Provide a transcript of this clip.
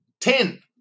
ten